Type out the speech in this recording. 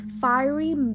fiery